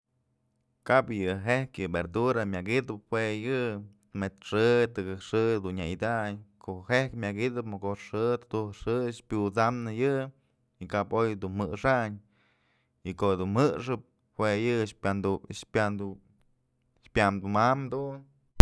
Kap yë jayk yë verdura juë yë mët's xë tëkëk xë dun nya idañ ko'o jëjk myak i'idëp mokox xë tuduj xë pyut'sanë yë y kap oy dun jëxnayn y kok'o dun jëxëp jue yë pandu pyandu pyamdumam dum.